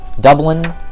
Dublin